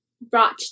brought